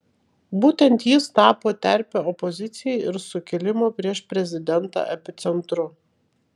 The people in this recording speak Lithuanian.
būtent jis tapo terpe opozicijai ir sukilimo prieš prezidentą epicentru